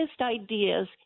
ideas